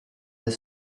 the